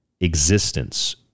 existence